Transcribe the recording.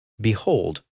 Behold